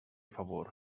favor